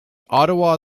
ottawa